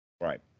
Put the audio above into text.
Right